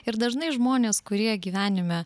ir dažnai žmonės kurie gyvenime